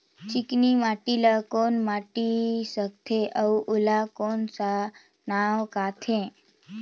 चिकनी माटी ला कौन माटी सकथे अउ ओला कौन का नाव काथे?